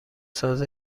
ساز